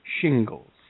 shingles